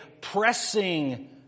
Pressing